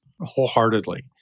wholeheartedly